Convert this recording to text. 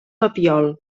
papiol